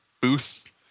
booth